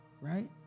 Right